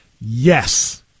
yes